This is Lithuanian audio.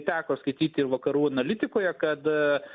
teko skaityti vakarų analitikoje kad